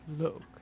look